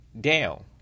down